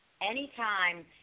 Anytime